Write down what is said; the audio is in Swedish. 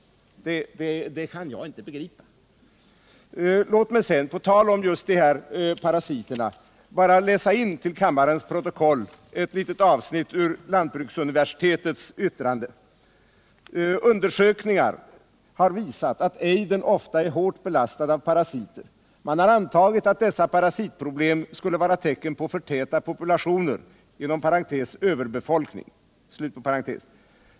Det kan jag inte begripa. Låt mig, på tal om just parasiterna, läsa in i kammarens protokoll ett litet avsnitt av lantbruksuniversitetets yttrande: ”Undersökningar har visat att ejdern ofta är hårt belastad av parasiter. Man har antagit att dessa parasitproblem skulle vara tecken på för täta populationer .